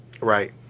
Right